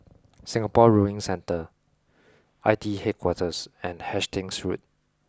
Singapore Rowing Centre I T E Headquarters and Hastings Road